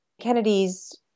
Kennedy's